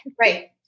right